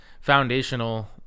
foundational